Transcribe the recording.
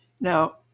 Now